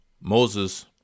Moses